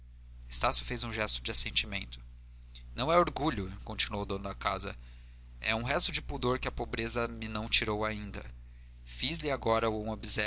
estácio fez um gesto de assentimento não é orgulho continuou o dono da casa é um resto de pudor que a pobreza me não tirou ainda fiz-lhe agora um